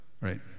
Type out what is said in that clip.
Right